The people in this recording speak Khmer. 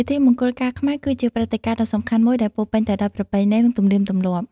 ពិធីមង្គលការខ្មែរ គឺជាព្រឹត្តិការណ៍ដ៏សំខាន់មួយដែលពោរពេញទៅដោយប្រពៃណី និងទំនៀមទម្លាប់។